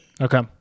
Okay